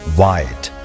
white